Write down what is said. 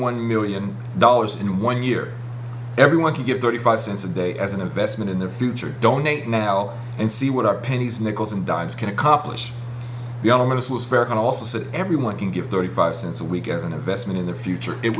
one million dollars in one year everyone can give thirty five cents a day as an investment in their future donate now and see what our pennies nickels and dimes can accomplish we all know this was fair and also said everyone can give thirty five cents a week as an investment in the future it